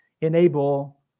enable